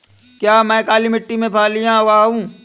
क्या मैं काली मिट्टी में फलियां लगाऊँ?